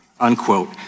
Unquote